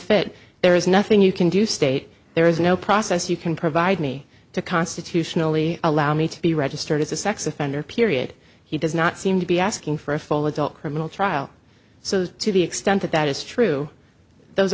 unfit there is nothing you can do state there is no process you can provide me to constitutionally allow me to be registered as a sex offender period he does not seem to be asking for a full adult criminal trial so to the extent that that is true those